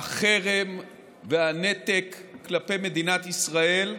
החרם והנתק כלפי מדינת ישראל.